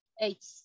eight